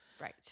right